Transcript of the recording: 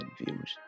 views